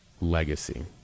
legacy